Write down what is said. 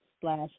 slash